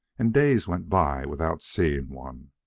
and days went by without seeing one.